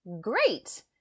great